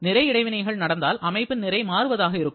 நிறை இடைவினைகள் நடந்தால் அமைப்பின் நிறை மாறுவதாக இருக்கும்